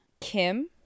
Kim